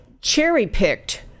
cherry-picked